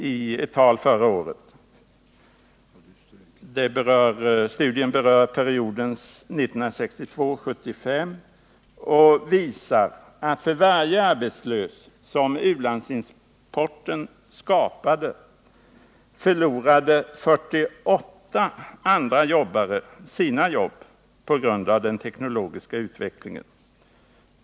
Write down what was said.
Denna studie berör perioden 1962-1975 och visar att för varje arbetslös som u-landsimporten skapade förlorade 48 andra jobbare sina jobb på grund av den teknologiska utvecklingen.